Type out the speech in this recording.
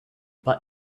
but